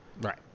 right